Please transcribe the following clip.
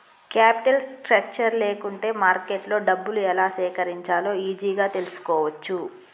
capital structure లేకుంటే మార్కెట్లో డబ్బులు ఎలా సేకరించాలో ఈజీగా తెల్సుకోవచ్చు